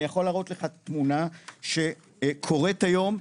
אני יכול להראות לך תמונה שקוראת היום,